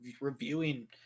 reviewing